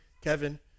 Kevin